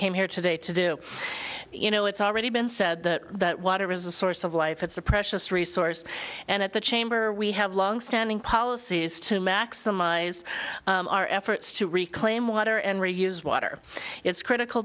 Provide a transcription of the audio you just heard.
came here today to do you know it's already been said that water is a source of life it's a precious resource and at the chamber we have longstanding policy is to maximize our efforts to reclaim water and reuse water it's critical